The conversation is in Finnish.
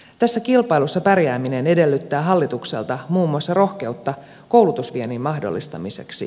tässä kilpailussa pärjääminen edellyttää hallitukselta muun muassa rohkeutta koulutusviennin mahdollistamiseksi